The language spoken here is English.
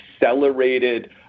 accelerated